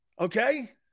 Okay